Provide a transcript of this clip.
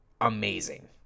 amazing